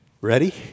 ready